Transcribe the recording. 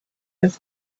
have